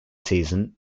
season